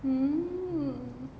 mm